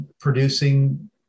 producing